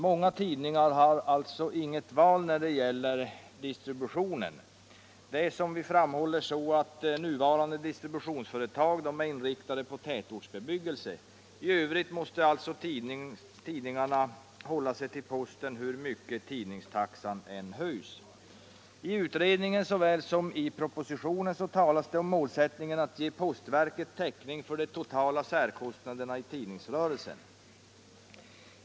Många tidningar har alltså inget val när det gäller distributionen. Det är, som vi framhåller, så att nuvarande distributionsföretag är inriktade på tätortsbebyggelse. I övrigt måste alltså tidningarna hålla sig till posten, hur mycket tidningstaxan än höjs. I utredningen såväl som i propositionen talas det om målsättningen att ge postverket täckning för de totala särkostnaderna i tidningsrörelsen.